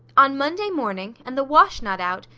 on monday morning! and the wash not out!